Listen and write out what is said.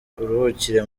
uruhukire